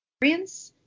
experience